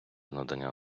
надання